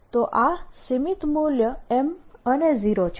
તો આ સીમિત મૂલ્ય M અને 0 છે